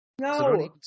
no